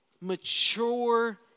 mature